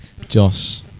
Josh